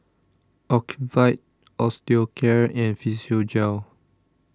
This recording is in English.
Ocuvite Osteocare and Physiogel